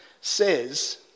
says